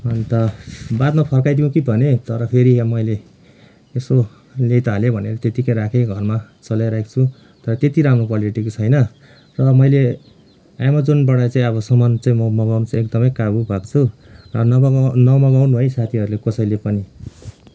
अन्त बादमा फर्काइदिउँ कि भनेँ तर फेरी अब मैले यसो ल्याइ त हाले भनेर त्यतिकै राखेँ घरमा चलाइ राखेको छु तर त्यति राम्रो क्वालिटीको छैन र मैले एमाजोनबाट चाहिँ अब सामान चाहिँ मगाउनु चाहिँ एकदमै काबु भएको छु र न मगाउनु है साथीहरूले कसैले पनि